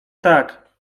tak